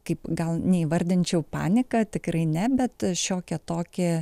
kaip gal neįvardinčiau panika tikrai ne bet šiokią tokį